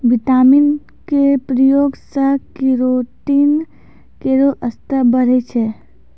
vitamin क प्रयोग सें केरोटीन केरो स्तर बढ़ै छै